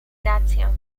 rację